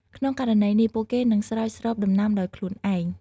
ក្នុងករណីនេះ ពួកគេនឹងស្រោចស្រពដំណាំដោយខ្លួនឯង។